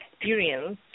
experience